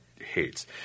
hates